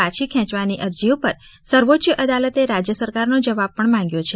પછી ખેંચવાની અરજી ઉપર સર્વોચ્ય અદાલતે રાજ્ય સરકારનો જવાબ પણ માંગ્યો છે